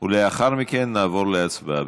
ולאחר מכן נעבור להצבעה.